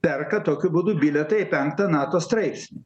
perka tokiu būdu bilietą į penktą nato straipsnį